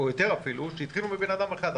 או יותר אפילו, שהתחילו מבן אדם אחד.